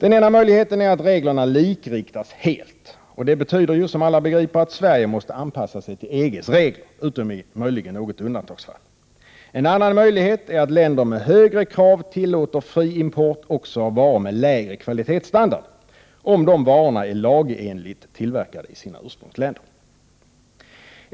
En möjlighet är att reglerna likriktas helt. I praktiken betyder detta, som alla begriper, att Sverige måste anpassa sig till EG:s regler, utom möjligen i något undantagsfall. En annan möjlighet är att länder med högre krav tillåter fri import också av varor med lägre kvalitetsstandard, om dessa är tillverkade lagenligt i sina ursprungsländer.